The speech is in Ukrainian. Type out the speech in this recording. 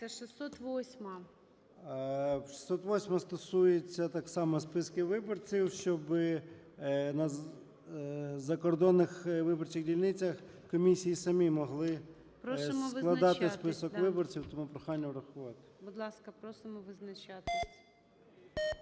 О.М. 608-а стосується так само списків виборців, щоби на закордонних виборчих дільницях комісії самі могли складати список виборців. Тому прохання врахувати. ГОЛОВУЮЧИЙ. Прошу визначатися.